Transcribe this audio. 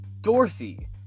Dorsey